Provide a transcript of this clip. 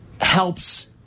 helps